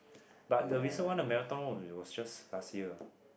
but the recent one the marathon one it was just last year